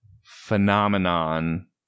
phenomenon